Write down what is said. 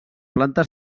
planta